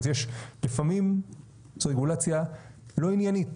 יש לפעמים רגולציה לא עניינית